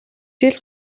жил